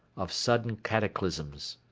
of sudden cataclysms.